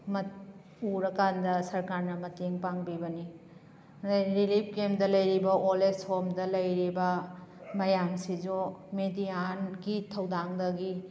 ꯎꯔ ꯀꯥꯟꯗ ꯁꯔꯀꯥꯔꯅ ꯃꯇꯦꯡ ꯄꯥꯡꯕꯤꯕꯅꯤ ꯑꯗꯨꯗꯩ ꯔꯤꯂꯤꯞ ꯀꯦꯝꯗ ꯂꯩꯔꯤꯕ ꯑꯣꯜ ꯑꯦꯖ ꯍꯣꯝꯗ ꯂꯩꯔꯤꯕ ꯃꯌꯥꯝꯁꯤꯁꯨ ꯃꯦꯗꯤꯌꯥꯒꯤ ꯊꯧꯗꯥꯡꯗꯒꯤ